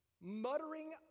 muttering